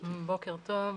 בוקר טוב לגברתי.